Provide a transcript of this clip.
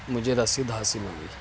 مجھے رسید حاصل ہوئی